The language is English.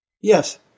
Yes